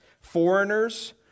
foreigners